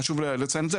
חשוב לציין את זה.